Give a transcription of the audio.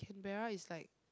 Canberra is like